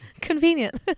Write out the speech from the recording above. Convenient